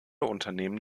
unternehmen